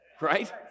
Right